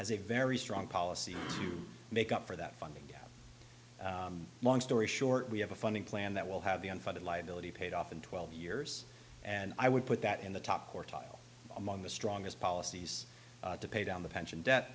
has a very strong policy to make up for that funding long story short we have a funding plan that will have the unfunded liability paid off in twelve years and i would put that in the top quartile among the strongest policies to pay down the pension debt